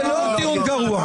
זה לא טיעון גרוע,